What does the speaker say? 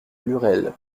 lurel